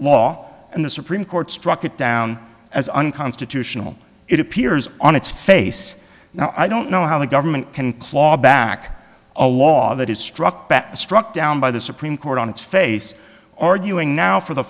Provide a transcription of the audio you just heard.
law and the supreme court struck it down as unconstitutional it appears on its face now i don't know how the government can claw back a law that is struck that struck down by the supreme court on its face arguing now for the